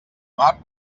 mar